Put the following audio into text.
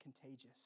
contagious